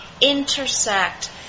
intersect